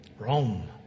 Rome